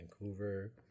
Vancouver